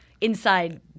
inside